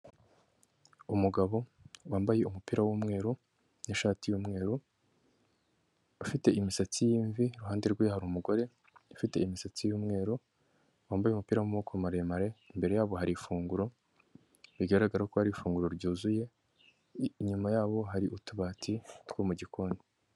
Umugabo wambaye umupira w'umweru n'ishati y'umweru ufite imisatsi y'imvi iruhande rwe hari umugore ufite imisatsi y'umweru wambaye umupira w'amaboko maremare imbere yabo hari ifunguro bigaragara ko ari ifunguro ryuzuye inyuma yabo hari utubati two mu gikoni.